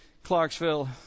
Clarksville